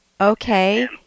Okay